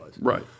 Right